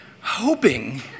hoping